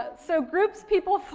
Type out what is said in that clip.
ah so, groups people